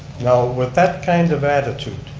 now, with that kind of attitude,